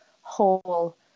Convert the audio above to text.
whole